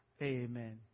Amen